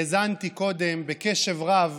האזנתי קודם בקשב רב